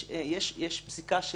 יש לנו פרקי זמן.